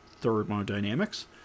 thermodynamics